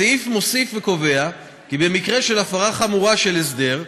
הסעיף מוסיף וקובע כי במקרה של הפרה חמורה של הסדר,